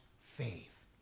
faith